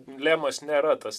lemas nėra tas